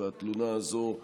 והתלונה הזאת,